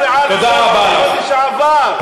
לשר הביטחון לשעבר.